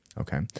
Okay